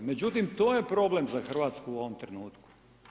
Međutim, to je problem za Hrvatsku u ovom trenutku.